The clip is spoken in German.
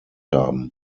haben